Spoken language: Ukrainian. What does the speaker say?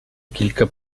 кілька